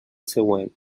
següent